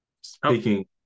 speaking